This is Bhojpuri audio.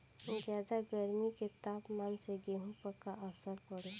ज्यादा गर्मी के तापमान से गेहूँ पर का असर पड़ी?